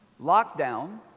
lockdown